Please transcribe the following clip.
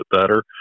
better